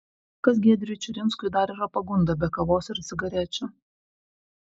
kas giedriui čiurinskui dar yra pagunda be kavos ir cigarečių